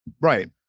Right